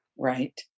Right